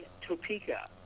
Topeka